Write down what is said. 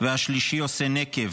והשלישי עושה נקב.